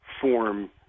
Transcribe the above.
form